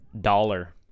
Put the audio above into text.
dollar